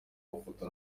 mafoto